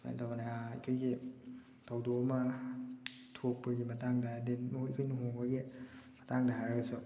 ꯁꯨꯃꯥꯏꯅ ꯇꯧꯕꯅꯦ ꯑꯩꯈꯣꯏꯒꯤ ꯊꯧꯗꯣꯛ ꯑꯃ ꯊꯣꯛꯄꯒꯤ ꯃꯇꯥꯡꯗ ꯍꯥꯏꯗꯤ ꯑꯩꯈꯣꯏ ꯂꯨꯍꯣꯡꯕꯒꯤ ꯃꯇꯥꯡꯗ ꯍꯥꯏꯔꯒꯁꯨ